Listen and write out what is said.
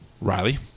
Riley